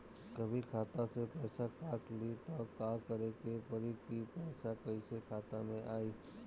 कभी खाता से पैसा काट लि त का करे के पड़ी कि पैसा कईसे खाता मे आई?